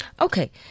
Okay